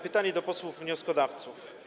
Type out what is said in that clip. Pytanie do posłów wnioskodawców.